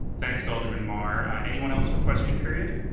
thanks, alderman mar. anyone else for question period?